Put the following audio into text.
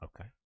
Okay